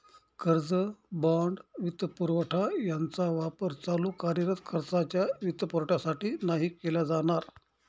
कर्ज, बाँड, वित्तपुरवठा यांचा वापर चालू कार्यरत खर्चाच्या वित्तपुरवठ्यासाठी नाही केला जाणार